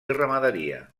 ramaderia